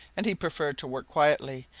and he preferred to work quietly,